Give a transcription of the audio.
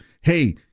hey